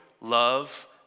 love